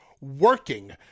working